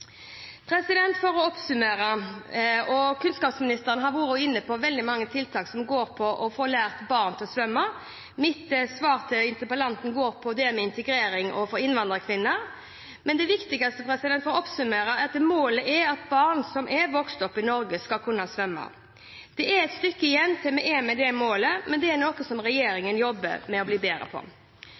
For å oppsummere: Kunnskapsministeren har vært inne på veldig mange tiltak som går på å lære barn å svømme. Mitt svar til interpellanten går på integrering av innvandrerkvinner, men det viktigste er at målet er at barn som er vokst opp i Norge, skal kunne svømme. Det er et stykke igjen til vi når målet, men dette er noe regjeringen jobber med å bedre.